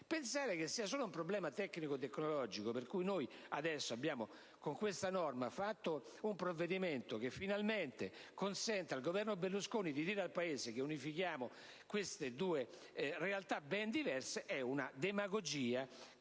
Pensare che sia solo un problema tecnico e tecnologico, per cui noi avremmo fatto, con questa norma, un provvedimento che finalmente consenta al Governo Berlusconi di dire al Paese che unifichiamo queste due realtà ben diverse è demagogia